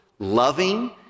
loving